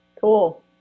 Cool